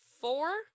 four